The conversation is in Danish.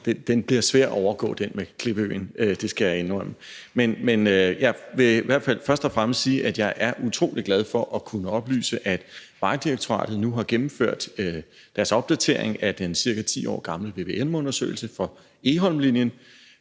bliver svær at overgå; det skal jeg indrømme. Men jeg vil i hvert fald først og fremmest sige, at jeg er utrolig glad for at kunne oplyse, at Vejdirektoratet nu har gennemført deres opdatering af den ca. 10 år gamle vvm-undersøgelse fra Egholmlinjen,